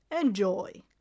Enjoy